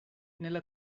nella